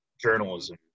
journalism